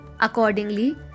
Accordingly